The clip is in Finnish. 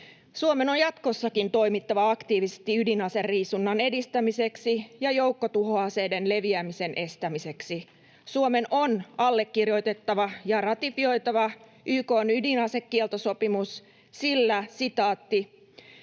Suomen on jatkossakin toimittava aktiivisesti ydinaseriisunnan edistämiseksi ja joukkotuhoaseiden leviämisen estämiseksi. Suomen on allekirjoitettava ja ratifioitava YK:n ydinasekieltosopimus, sillä